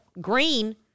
green